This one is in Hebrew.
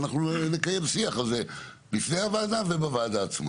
ונקיים על זה שיח לפני הוועדה ובוועדה עצמה.